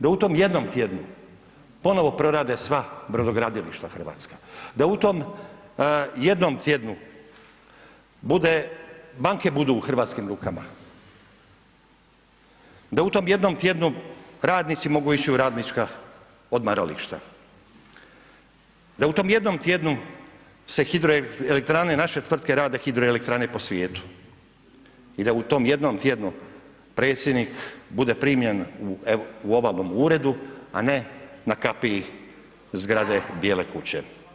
Da u tom jednom tjednu ponovno prorade sva brodogradilišta hrvatska, da u tom jednom tjednu bude, banke budu u hrvatskim rukama, da u tom jednom tjednu radnici mogu ići u radnička odmarališta, da u tom jednom tjednu se hidroelektrane naše tvrtke rade hidroelektrane po svijetu i da u tom jednom tjednu predsjednik bude primljen u ovalnom uredu a ne na kapiji zgrade Bijele kuće.